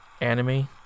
anime